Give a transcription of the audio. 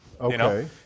Okay